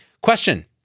Question